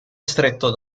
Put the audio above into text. stretto